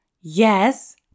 Yes